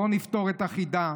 בואו נפתור את החידה.